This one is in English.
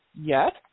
Yes